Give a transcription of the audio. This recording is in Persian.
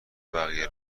بقیه